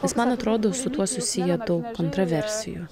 nes man atrodo su tuo susiję daug kontraversijų